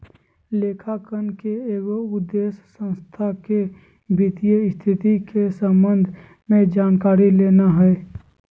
लेखांकन के एगो उद्देश्य संस्था के वित्तीय स्थिति के संबंध में जानकारी लेना हइ